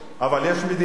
אבל יש מדינות,